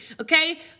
okay